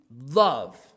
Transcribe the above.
love